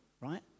Right